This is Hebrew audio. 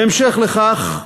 בהמשך לכך,